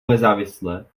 nezávisle